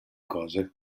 cose